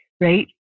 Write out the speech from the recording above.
right